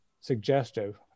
suggestive